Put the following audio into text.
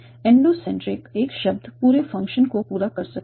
endocentric एक शब्द पूरे फ़ंक्शन को पूरा कर सकता है